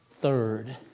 Third